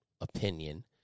opinion